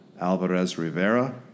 Alvarez-Rivera